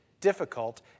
difficult